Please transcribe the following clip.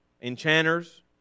enchanters